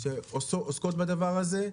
שעוסקות בדבר הזה,